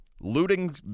looting